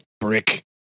Brick